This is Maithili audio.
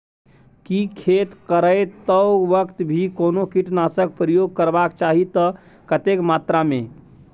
की खेत करैतो वक्त भी कोनो कीटनासक प्रयोग करबाक चाही त कतेक मात्रा में?